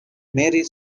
marie